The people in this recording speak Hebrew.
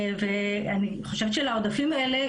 אני חושבת שלעודפים האלה,